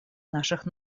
наших